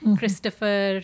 Christopher